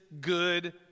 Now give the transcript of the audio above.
good